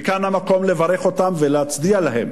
וכאן המקום לברך אותן ולהצדיע להן